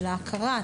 על ההכרה,